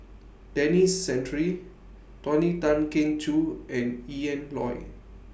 Denis Santry Tony Tan Keng Joo and Ian Loy